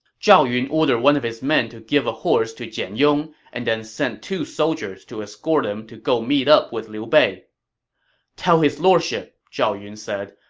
zhao yun ordered one of his men to give a horse to jian yong and then sent two soldiers to escort him to go meet up with liu bei tell his lordship, zhao yun said,